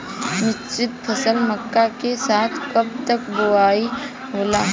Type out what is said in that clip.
मिश्रित फसल मक्का के साथ कब तक बुआई होला?